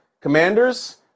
Commanders